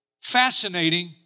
Fascinating